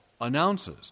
announces